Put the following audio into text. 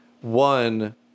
One